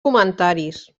comentaris